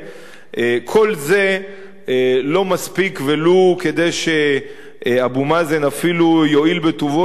כל זה לא מספיק כדי שאבו מאזן אפילו יואיל בטובו להתחיל